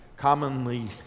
Commonly